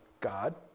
God